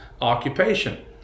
occupation